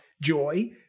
joy